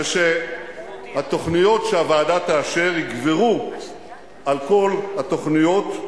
זה שהתוכניות שהוועדה תאשר יגברו על כל התוכניות,